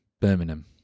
Birmingham